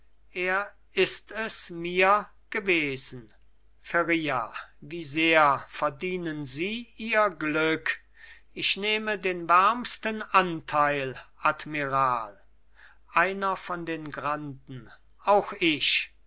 er ist es mir gewesen feria wie sehr verdienen sie ihr glück ich nehme den wärmsten anteil admiral einer von den granden auch ich